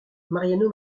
mariano